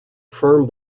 firm